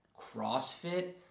CrossFit